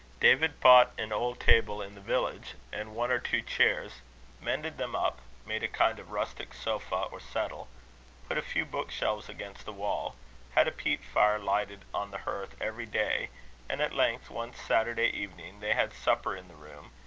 david bought an old table in the village, and one or two chairs mended them up made a kind of rustic sofa or settle put a few bookshelves against the wall had a peat fire lighted on the hearth every day and at length, one saturday evening, they had supper in the room,